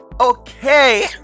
okay